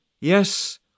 Yes